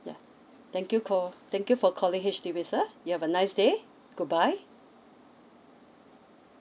ya thank you call thank you for calling H_D_B sir you have a nice day goodbye